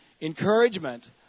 encouragement